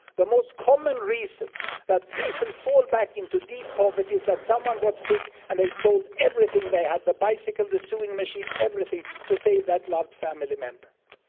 the most common reason that people fall back into deep poverty is that someone got sick and they sold everything they had, the bicycle, the sewing machine, everything to save that loved family member.